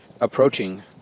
approaching